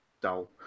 dull